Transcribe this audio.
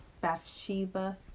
Bathsheba